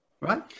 right